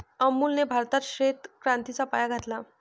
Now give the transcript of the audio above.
अमूलने भारतात श्वेत क्रांतीचा पाया घातला